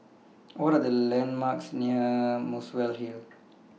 What Are The landmarks near Muswell Hill